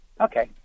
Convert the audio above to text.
Okay